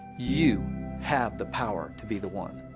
you have the power to be the one.